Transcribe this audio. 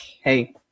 hey